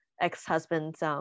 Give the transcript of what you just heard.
ex-husband's